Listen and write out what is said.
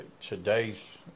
today's